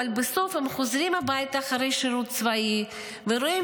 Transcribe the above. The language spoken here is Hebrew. אבל בסוף הם חוזרים הביתה אחרי השירות הצבאי ורואים